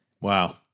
Wow